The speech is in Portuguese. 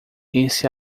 esse